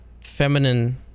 Feminine